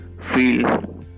feel